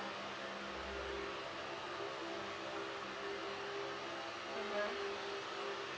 mmhmm